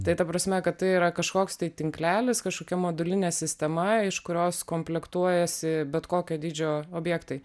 tai ta prasme kad tai yra kažkoks tai tinklelis kažkokia modulinė sistema iš kurios komplektuojasi bet kokio dydžio objektai